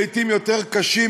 ולעתים יותר קשים,